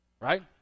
Right